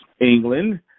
England